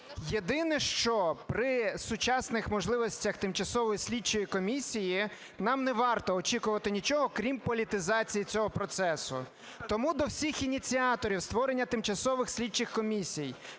Єдине, що при сучасних можливостях тимчасової слідчої комісії нам не варто очікувати нічого, крім політизації цього процесу. Тому до всіх ініціаторів створення тимчасових слідчих комісій